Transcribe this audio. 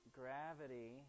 gravity